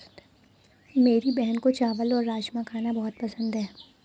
मेरी बहन को चावल और राजमा खाना बहुत पसंद है